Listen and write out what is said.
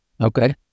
Okay